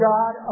God